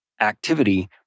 activity